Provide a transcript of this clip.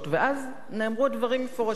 ואז נאמרו הדברים מפורשות: